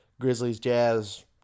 Grizzlies-Jazz